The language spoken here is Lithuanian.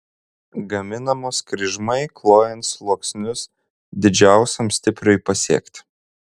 gaminamos kryžmai klojant sluoksnius didžiausiam stipriui pasiekti